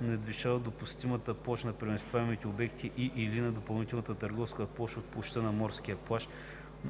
надвишава допустимата площ на преместваемите обекти и/или на допълнителната търговска площ от площта на морския плаж;